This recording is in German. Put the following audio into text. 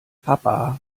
papa